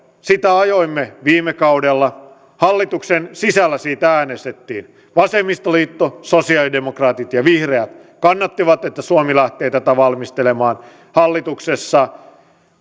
sitä ajoimme viime kaudella hallituksen sisällä siitä äänestettiin vasemmistoliitto sosialidemokraatit ja vihreät kannattivat että suomi lähtee tätä valmistelemaan hallituksessa